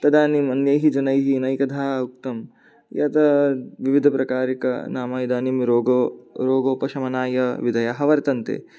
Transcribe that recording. तदानीमन्यैः जनैः नैकधा उक्तं यत् विविधप्रकारिकाः नाम इदानीं रोग रोगोपशमनाय विधयः वर्तन्ते